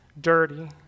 dirty